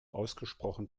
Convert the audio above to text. ausgesprochen